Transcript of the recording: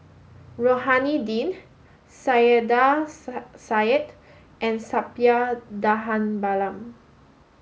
Rohani Din Saiedah Said and Suppiah Dhanabalan